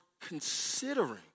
considering